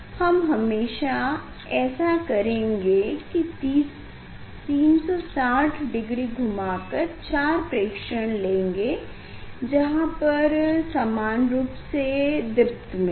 हम हमेशा ऐसा करेंगे 360 डिग्री घुमा कर 4 प्रेक्षण लेंगे जहाँ पर समान रूप से दीप्त मिले